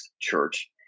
church